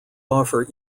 offer